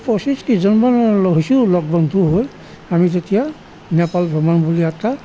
পঁচিছ ত্ৰিছজন মান লগ হৈছোঁ লগ বন্ধু হৈ আমি তেতিয়া নেপাল ভ্ৰমণ বুলি এটা